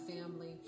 family